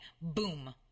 boom